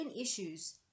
issues